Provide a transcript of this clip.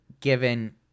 given